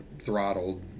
throttled